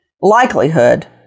likelihood